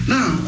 Now